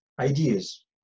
ideas